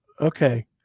Okay